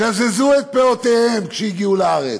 גזזו את פאותיהם כשהגיעו לארץ,